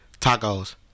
Tacos